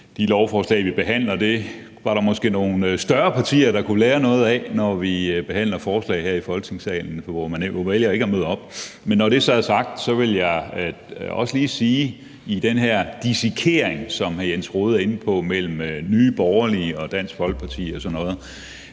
de forslag, vi behandler. Det var der måske nogle større partier der kunne lære noget af, når vi behandler forslag her i Folketingssalen, altså når de vælger ikke at møde op. Men når det så er sagt, vil jeg også lige sige til hr. Jens Rohde – i forhold til den her dissekering og sådan noget,